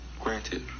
Granted